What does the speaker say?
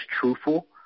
truthful